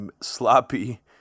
sloppy